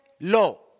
Law